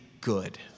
good